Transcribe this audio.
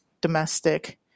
domestic